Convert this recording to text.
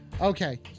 Okay